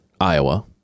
Iowa